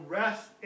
rest